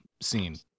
scene